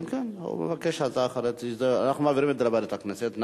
אנחנו מעבירים את זה לוועדת הכנסת.